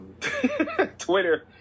Twitter